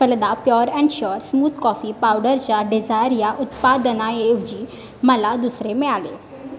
Phalada pure and sure smooth coffee पावडरच्या desire या उत्पादना ऐवजी मला दुसरे मिळाले